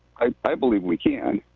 i believe we can,